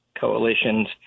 coalitions